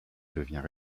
devient